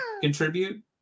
contribute